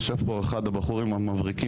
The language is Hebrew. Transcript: יושב פה אחד הבחורים המבריקים,